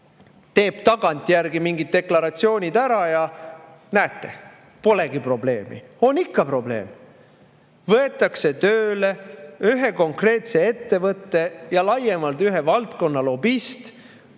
Teeb tagantjärgi mingid deklaratsioonid ära ja näete, polegi probleemi! On ikka probleem! Võetakse tööle ühe konkreetse ettevõtte ja laiemalt ühe valdkonna lobist,